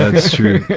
ah that's true,